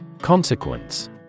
Consequence